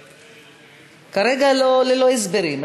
כרגע ללא הסברים,